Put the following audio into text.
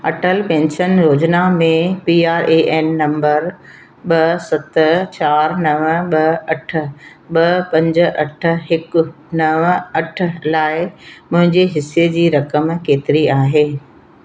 Atal pension योजना में P R A N number ॿ सत चार नव ॿ अठ ॿ पंज अठ हिकु नव अठ लाइ मुंहिंजे हिसे जी रक़म केतिरी आहे